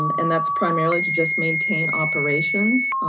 and that's primarily to just maintain operations.